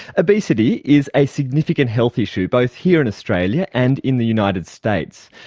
obesity is a significant health issue both here in australia, and in the united states.